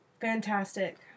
Fantastic